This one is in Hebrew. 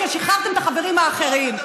כששחררתם את החברים האחרים.